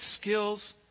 skills